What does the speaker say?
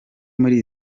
muri